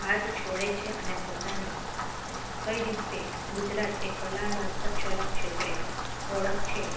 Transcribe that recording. ભાત છોડે છે અને પોતાની કઈ રીતે ગુજરાત એ કલા અને હસ્તકલા ક્ષેત્રે ઓળખ છે